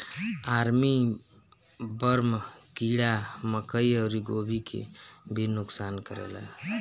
army worm कीड़ा मकई अउरी गोभी के भी नुकसान करेला